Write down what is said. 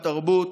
בתרבות,